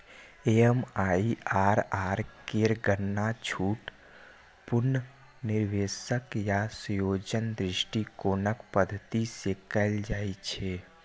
MIRR केर गणना छूट, पुनर्निवेश आ संयोजन दृष्टिकोणक पद्धति सं कैल जाइ छै